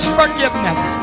forgiveness